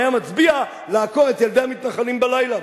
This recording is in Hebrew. היה מצביע לעקור את ילדי המתנחלים בלילה?